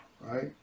right